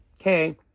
okay